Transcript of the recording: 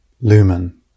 lumen